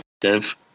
Dev